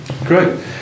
Great